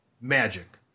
Magic